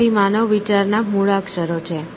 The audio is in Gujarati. તેથી માનવ વિચારના મૂળાક્ષરો છે